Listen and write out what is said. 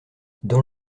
dans